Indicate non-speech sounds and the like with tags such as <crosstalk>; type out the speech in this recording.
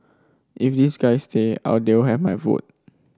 if these guy stay I'll <unintelligible> have my food